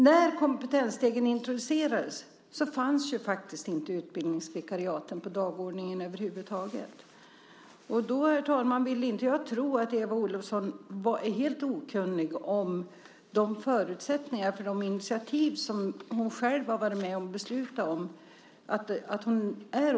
När Kompetensstegen introducerades fanns över huvud taget inte utbildningsvikariaten på dagordningen. Jag vill inte, herr talman, tro att Eva Olofsson är helt okunnig om förutsättningarna för de initiativ som hon själv varit med och beslutat om.